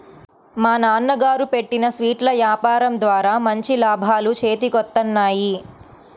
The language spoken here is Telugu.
మా నాన్నగారు పెట్టిన స్వీట్ల యాపారం ద్వారా మంచి లాభాలు చేతికొత్తన్నాయి